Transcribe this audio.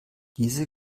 diese